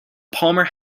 palmer